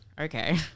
okay